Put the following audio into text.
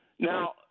Now